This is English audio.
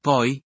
Poi